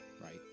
right